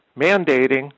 mandating